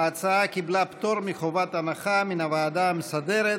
ההצעה קיבלה פטור מחובת הנחה מן הוועדה המסדרת.